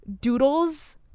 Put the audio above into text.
doodles